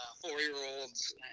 four-year-olds